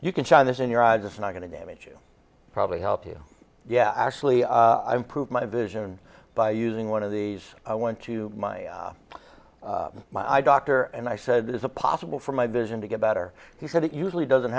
you can shine this in your eyes it's not going to damage you probably help you yeah actually i improve my vision by using one of these i went to my eye doctor and i said this is a possible for my vision to get better he said it usually doesn't